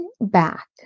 back